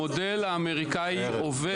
המודל האמריקני עובד.